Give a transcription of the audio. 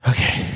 Okay